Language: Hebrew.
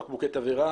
בקבוקי תבערה,